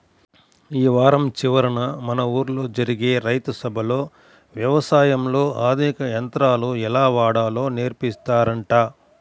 యీ వారం చివరన మన ఊల్లో జరిగే రైతు సభలో యవసాయంలో ఆధునిక యంత్రాలు ఎలా వాడాలో నేర్పిత్తారంట